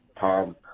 Tom